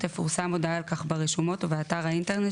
תפורסם הודעה על כך ברשומות ובאתר האינטרנט